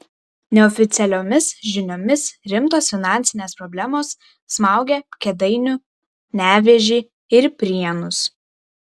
neoficialiomis žiniomis rimtos finansinės problemos smaugia kėdainių nevėžį ir prienus